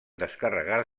descarregar